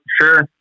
sure